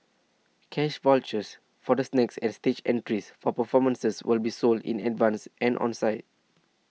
cash vouchers for the snacks and stage entries for performances will be sold in advance and on site